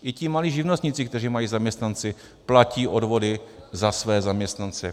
I ti malí živnostníci, kteří mají zaměstnance, platí odvody za své zaměstnance.